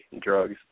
drugs